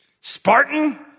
Spartan